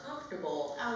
comfortable